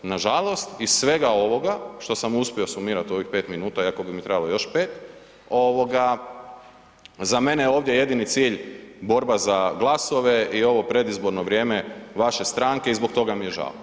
Nažalost iz svega ovoga što sam uspio sumirati u ovih 5 minuta iako bi mi trebalo još 5 ovoga za mene je ovdje jedini cilj borba za glasove i ovo predizborno vrijeme vaše stranke i zbog toga mi je žao.